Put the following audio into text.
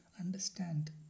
understand